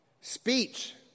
Speech